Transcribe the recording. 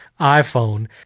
iPhone